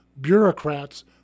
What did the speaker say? bureaucrats